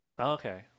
Okay